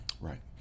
Right